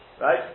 Right